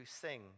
sing